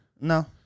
No